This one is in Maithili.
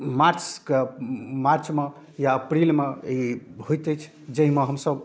मार्चके मार्चमे या अप्रैलमे ई होइत अछि जहिमे हमसब